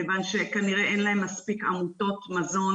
כיוון שכנראה אין להם מספיק עמותות מזון